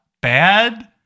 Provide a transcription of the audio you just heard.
bad